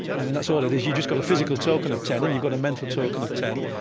i mean, that's all it is. you've just got a physical token of ten, and you've got a mental token of ten.